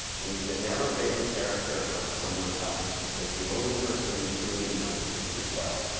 and he said, never base a character on someone else, because the only person you truly know is yourself.